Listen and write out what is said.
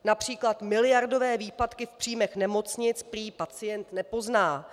Například miliardové výpadky v příjmech nemocnic prý pacient nepozná.